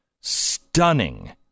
stunning